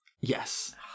Yes